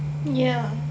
ya